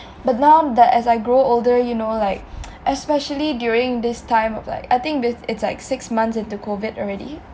but now that as I grow older you know like especially during this time of like I think it's like six months into COVID already